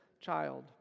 child